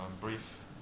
Brief